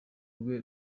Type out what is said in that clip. rwe